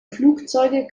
flugzeuge